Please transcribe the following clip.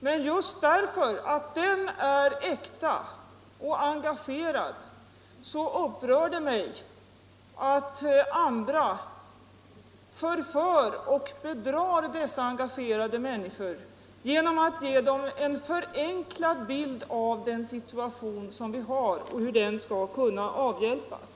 Men just därför att den är äkta och engagerad upprör det mig att andra förför och bedrar dessa engagerade människor genom att ge dem en förenklad bild av Nr 142 situationen och av hur den skall kunna avhjälpas.